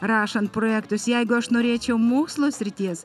rašant projektus jeigu aš norėčiau mokslo srities